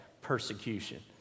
persecution